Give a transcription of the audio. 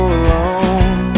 alone